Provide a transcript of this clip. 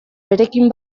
berekin